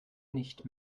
nicht